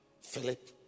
Philip